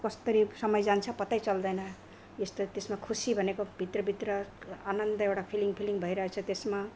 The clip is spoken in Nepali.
कस्तरी समय जान्छ पत्तै चल्दैन यस्तो त्यसमा खुसी भनेको भित्र भित्र आनन्द एउटा फिलिङ फिलिङ भइरहेछ त्यसमा